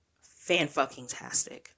fan-fucking-tastic